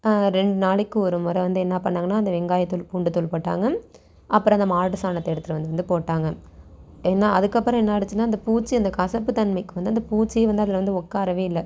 ரெண்டுநாளைக்கு ஒருமுறை வந்து என்னா பண்ணாங்கனா அந்த வெங்காயத்தோல் பூண்டுத்தோல் போட்டாங்க அப்புறம் அந்த மாட்டு சாணத்தை எடுத்துட்டு வந்து போட்டாங்க என்ன அதுக்கப்பறம் என்ன ஆயிடுச்சினால் அந்த பூச்சி அந்த கசப்பு தன்மைக்கு வந்து அந்த பூச்சியே வந்து அதில் வந்து உட்காரவே இல்லை